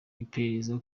iperereza